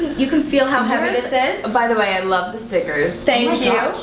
you can feel how heavy this is. by the way i love the stickers. thank you.